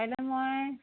কাইলৈ মই